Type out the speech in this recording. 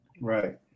Right